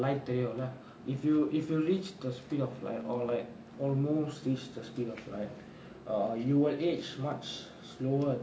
light தெரியுல:theriyula if you if you reach the speed of light or like almost reach the speed of light you'll age much slower than almost reach the speed of light err you will age much slower